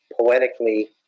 poetically